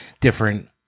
different